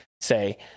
Say